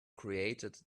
created